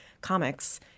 comics